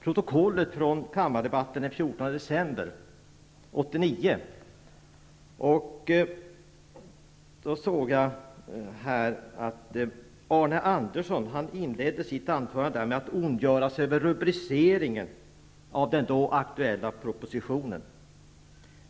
protokollet från kammardebatten den 14 december 1989 och funnit att då inledde Arne Andersson sitt anförande med att ondgöra sig över rubriceringen av den då aktuella propositionen.